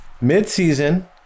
mid-season